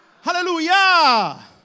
hallelujah